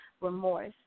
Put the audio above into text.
remorse